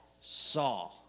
saw